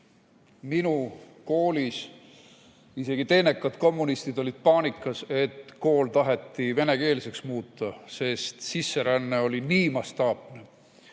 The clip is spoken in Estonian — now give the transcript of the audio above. minu koolis, isegi teenekad kommunistid olid paanikas, et kool taheti venekeelseks muuta, sest sisseränne oli nii mastaapne.